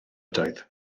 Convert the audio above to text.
ydoedd